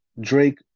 Drake